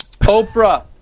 Oprah